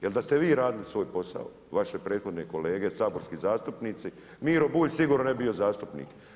Jer da ste vi radili svoj posao, vaše prethodne kolege saborski zastupnici Miro Bulj sigurno ne bi bio zastupnik.